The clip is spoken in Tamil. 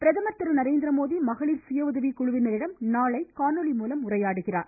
பிரதமர் திரு நரேந்திர மோடி மகளிர் சுயஉதவிக் குழுவினரிடம் நாளை காணொலிமூலம் உரையாடுகிறார்